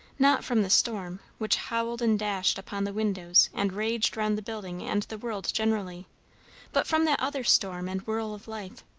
not from the storm, which howled and dashed upon the windows and raged round the building and the world generally but from that other storm and whirl of life.